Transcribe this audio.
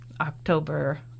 October